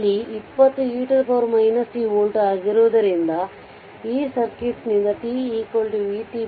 ಇಲ್ಲಿ 20 e t volt ಆಗಿರುವುದರಿಂದ ಈ ಸರ್ಕ್ಯೂಟ್ನಿಂದ t vtr